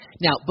Now